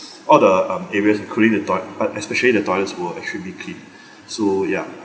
all the um areas including the toi~ uh especially the toilets were extremely clean so ya